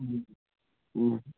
ꯎꯝ ꯎꯝ